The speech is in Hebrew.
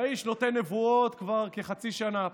והאיש נותן נבואות כבר כחצי שנה.